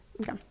okay